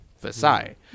Versailles